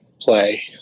play